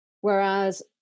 Whereas